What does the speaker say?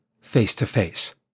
face-to-face